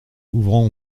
ouvrant